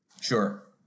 Sure